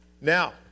Now